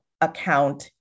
account